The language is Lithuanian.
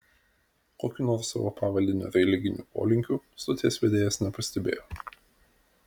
kokių nors savo pavaldinio religinių polinkių stoties vedėjas nepastebėjo